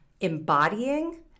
embodying